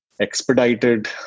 expedited